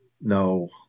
No